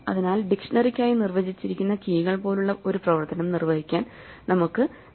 അതിനാൽ ഡിക്ഷണറിക്കായി നിർവചിച്ചിരിക്കുന്ന കീകൾ പോലുള്ള ഒരു പ്രവർത്തനം നിർവ്വഹിക്കാൻ നമുക്ക് കഴിയില്ല